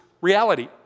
reality